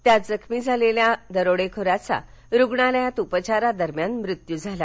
यात जखमी झालेल्या दरोडेखोराचा रुग्णालयात उपचारा दरम्यान मृत्यू झाला